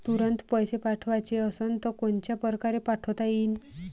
तुरंत पैसे पाठवाचे असन तर कोनच्या परकारे पाठोता येईन?